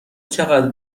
چقدر